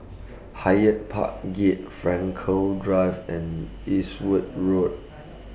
Hyde Park Gate Frankel Drive and Eastwood Road